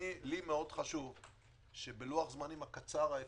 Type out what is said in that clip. לי מאוד חשוב שבלוח הזמנים הקצר האפשרי,